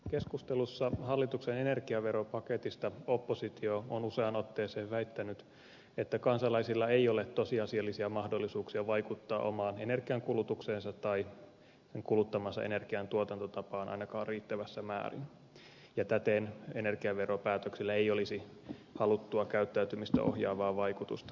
keskustelussa hallituksen energiaveropaketista oppositio on useaan otteeseen väittänyt että kansalaisilla ei ole tosiasiallisia mahdollisuuksia vaikuttaa omaan energiankulutukseensa tai kuluttamansa energian tuotantotapaan ainakaan riittävässä määrin ja täten energiaveropäätöksillä ei olisi haluttua käyttäytymistä ohjaavaa vaikutusta